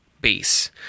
base